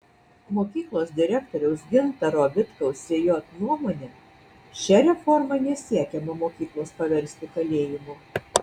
mokyklos direktoriaus gintaro vitkaus sj nuomone šia reforma nesiekiama mokyklos paversti kalėjimu